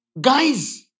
Guys